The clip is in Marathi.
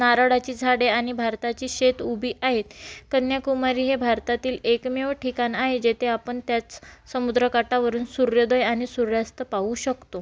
नारळाची झाडे आणि भारताची शेत उभी आहेत कन्याकुमारी हे भारतातील एकमेव ठिकाण आहे जेथे आपण त्याच समुद्र काठावरून सुर्योदय आणि सूर्यास्त पाहू शकतो